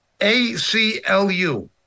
ACLU